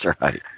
right